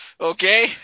okay